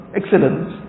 excellence